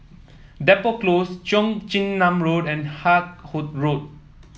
Depot Close Cheong Chin Nam Road and Haig Hot Road